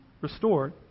restored